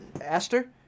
Aster